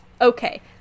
okay